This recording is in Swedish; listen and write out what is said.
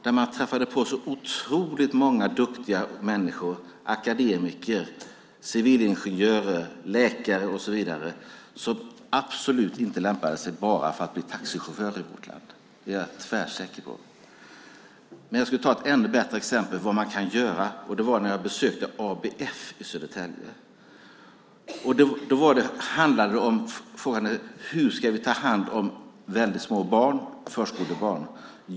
Där träffade jag på så otroligt många duktiga människor - akademiker, civilingenjörer, läkare och så vidare - som absolut inte lämpade sig för att bara bli taxichaufförer i vårt land. Det är jag tvärsäker på. Jag ska ta ett ännu bättre exempel när det gäller vad man kan göra. Det handlar om när jag besökte ABF i Södertälje. Frågan var: Hur ska vi ta hand om väldigt små barn, förskolebarn?